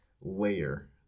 layer